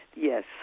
yes